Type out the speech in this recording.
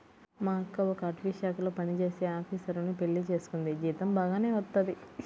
మా అక్క ఒక అటవీశాఖలో పనిజేసే ఆపీసరుని పెళ్లి చేసుకుంది, జీతం బాగానే వత్తది